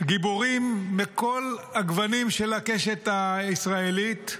גיבורים מכל הגוונים של הקשת הישראלית,